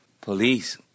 police